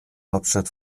hauptstadt